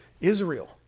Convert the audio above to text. Israel